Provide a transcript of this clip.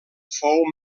fou